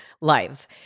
lives